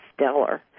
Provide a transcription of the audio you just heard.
stellar